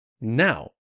now